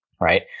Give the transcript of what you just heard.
right